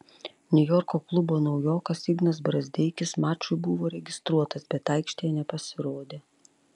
niujorko klubo naujokas ignas brazdeikis mačui buvo registruotas bet aikštėje nepasirodė